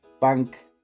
Bank